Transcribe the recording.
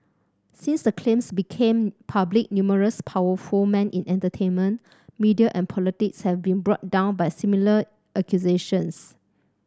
since the claims became public numerous powerful men in entertainment media and politics have been brought down by similar accusations